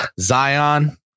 Zion